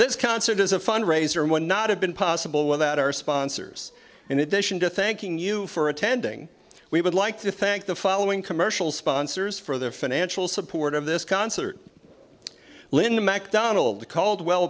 this concert is a fundraiser would not have been possible without our sponsors in addition to thanking you for attending we would like to thank the following commercial sponsors for their financial support of this concert linda macdonald coldwell